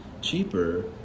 Cheaper